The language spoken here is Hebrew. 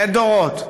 לדורות,